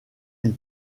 ils